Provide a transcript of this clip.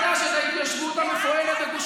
צריך להקים מחדש את ההתיישבות המפוארת בגוש